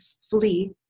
flee